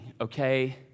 okay